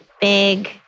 big